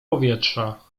powietrza